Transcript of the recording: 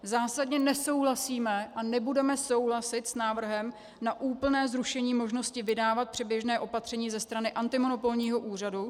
Zásadně nesouhlasíme a nebudeme souhlasit s návrhem na úplné zrušení možnosti vydávat předběžné opatření ze strany antimonopolního úřadu.